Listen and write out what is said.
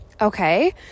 okay